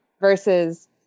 Versus